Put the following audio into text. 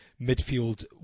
midfield